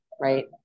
right